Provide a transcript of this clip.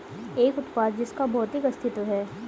एक उत्पाद जिसका भौतिक अस्तित्व है?